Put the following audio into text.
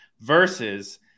versus